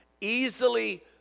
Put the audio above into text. easily